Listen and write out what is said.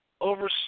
over